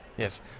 Yes